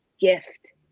gift